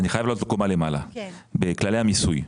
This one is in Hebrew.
אני חייב לעלות קומה למעלה בכללי המיסוי.